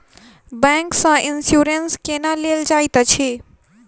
bank सँ insurance केना लेल जाइत अछि